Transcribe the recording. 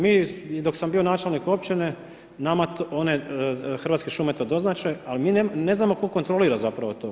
Mi i dok sam bio načelnik općine, nama Hrvatske šume to doznače, ali mi ne znamo tko kontrolira zapravo to.